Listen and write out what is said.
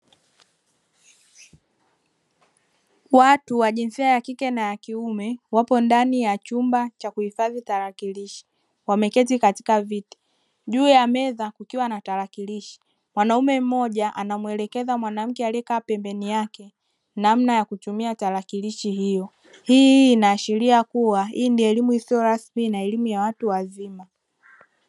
Watu wa jinsia ya kike na ya kiume wapo ndani ya chumba cha kuhifadhi tarakilishi, wameketi katika viti; juu ya meza kukiwa na tarakilishi. Mwanaume mmoja anamuelekeza mwanamke aliyekaa pembeni yake namna ya kutumia tarakilishi hiyo. Hii inaashiria kuwa hii ni elimu isiyo rasmi na elimu ya watu wazima.